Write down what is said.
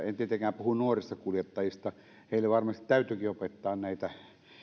en tietenkään puhu nuorista kuljettajista heille varmasti täytyykin opettaa